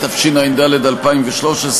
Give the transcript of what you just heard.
התשע"ד 2013,